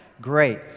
Great